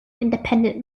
independent